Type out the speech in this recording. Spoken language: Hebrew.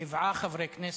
שבעה חברי כנסת,